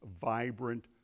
vibrant